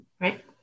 right